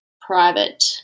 private